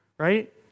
right